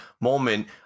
moment